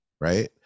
Right